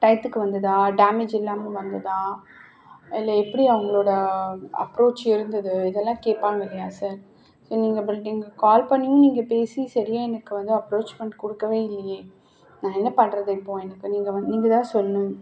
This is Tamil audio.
டைத்துக்கு வந்ததா டேமேஜ் இல்லாமல் வந்ததா இல்லை எப்படி அவங்களோட அப்ரோச் இருந்தது இதெல்லாம் கேட்பாங்க இல்லையா சார் ஸோ நீங்கள் பண்ணிட்டிங்க கால் பண்ணியும் நீங்கள் பேசி சரியா எனக்கு வந்து அப்ரோச்மெண்ட் கொடுக்கவே இல்லையே நான் என்ன பண்ணுறது இப்போது எனக்கு நீங்கள் வந் நீங்கள்தான் சொல்லணும்